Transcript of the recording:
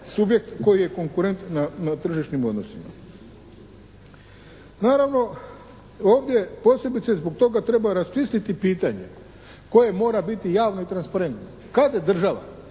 subjek koji je konkurent na tržišnim odnosima. Naravno ovdje posebice zbog toga treba raščistiti pitanje koji mora biti javno i transparentno kad država